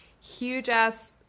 huge-ass